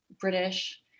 British